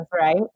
right